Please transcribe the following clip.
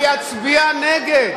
אני אצביע נגד.